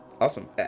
awesome